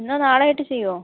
ഇന്നോ നാളെയോ ആയിട്ട് ചെയ്യുമോ